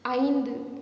ஐந்து